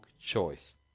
choice